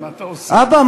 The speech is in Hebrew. אבא,